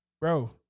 bro